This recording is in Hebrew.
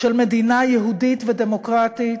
של מדינה יהודית ודמוקרטית,